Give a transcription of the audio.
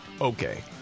Okay